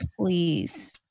please